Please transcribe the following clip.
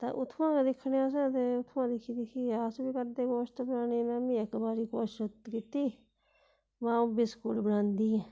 तां उत्थेआं गै दिक्खने असें ते उत्थुआं दिक्खी दिक्खियै गै अस बी करदे कोशट बनाने में बी इक बारी कोशत कीती महां आ'ऊं बिस्कुट बनांदी ऐ